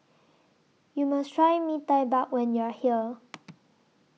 YOU must Try Bee Tai Mak when YOU Are here